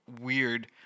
weird